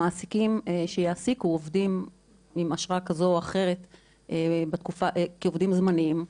שמעסיקים שיעסיקו עובדים עם אשרה כזו או אחרת כעובדים זמניים,